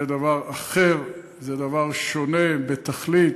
זה דבר אחר, זה דבר שונה בתכלית.